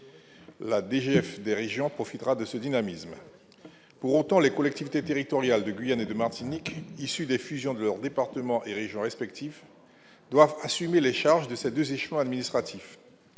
la DGF des régions profitera de ce dynamisme pour autant, les collectivités territoriales de Guyane et de Martinique issu des fusions de leur département et région respective doivent assumer les charges de des échelons administratifs